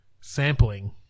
Sampling